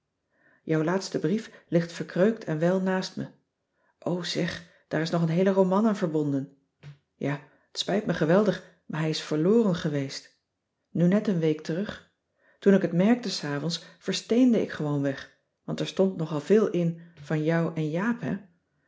jouw laatste brief ligt verkreukt en wel naast me o zeg daar is nog een heele roman aan verbonden ja t spijt me geweldig maar hij is verloren geweest nu net een week terug toen ik t merkte s avonds versteende ik gewoonweg want er stond nogal veel in van jou en jaap hè